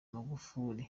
magufuli